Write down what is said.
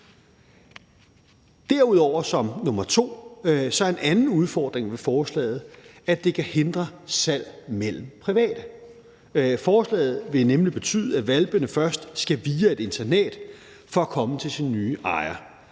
Derudover – som nr. 2 – er en anden udfordring ved forslaget, at det kan hindre salg mellem private. Forslaget vil nemlig betyde, af hvalpene først skal via et internat for at komme til deres nye ejer.